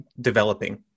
developing